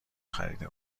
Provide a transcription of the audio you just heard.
خریده